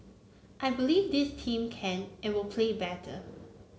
I believe this team can and will play better